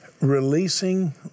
Releasing